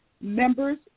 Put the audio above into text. members